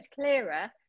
clearer